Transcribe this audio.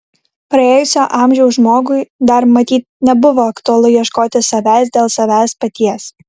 praėjusio amžiaus žmogui dar matyt nebuvo aktualu ieškoti savęs dėl savęs paties